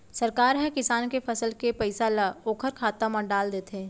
सरकार ह किसान के फसल के पइसा ल ओखर खाता म डाल देथे